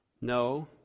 No